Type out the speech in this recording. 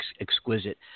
exquisite